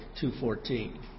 2.14